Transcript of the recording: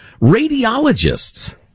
radiologists